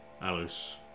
Alice